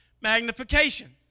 Magnification